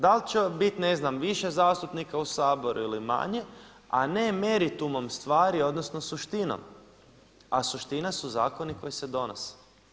Da li će biti ne znam više zastupnika u Saboru ili manje a ne meritumom stvari odnosno suštinom a suština su zakoni koji se donose.